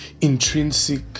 intrinsic